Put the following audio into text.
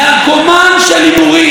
נרקומן של הימורים,